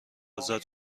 ازاد